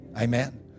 Amen